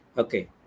Okay